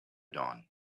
dawn